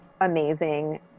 amazing